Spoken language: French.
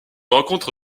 rencontre